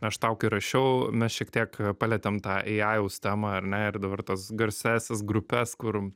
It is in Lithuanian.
aš tau kai rašiau mes šiek tiek palietėm tą ėajaus temą ar ne ir dabar tas garsiąsias grupes kur